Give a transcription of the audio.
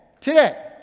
today